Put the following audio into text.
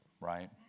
Right